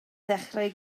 ddechrau